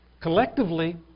collectively